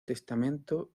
testamento